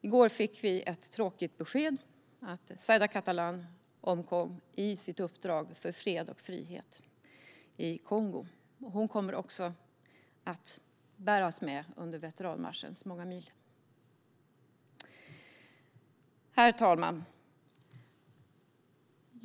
I går fick vi ett tråkigt besked, att Zaida Catalán har omkommit i sitt uppdrag för fred och frihet i Kongo. Hennes namn kommer också att bäras med under veteranmarschens många mil. Herr ålderspresident!